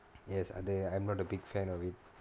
yes are they I'm not a big fan of it